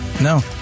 No